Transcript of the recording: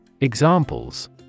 Examples